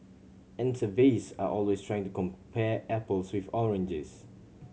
and surveys are always trying to compare apples with oranges